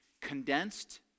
condensed